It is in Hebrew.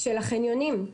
של החניונים.